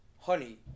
Honey